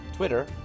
Twitter